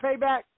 Payback